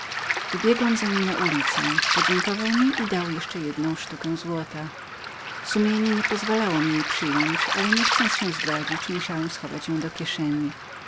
za nim na ulicę podziękował mi i dał jeszcze jedną sztukę złota sumienie nie pozwalało mi jej przyjąć ale niechcąc się zdradzić musiałem schować ją do kieszeni